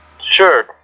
Sure